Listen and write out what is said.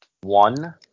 One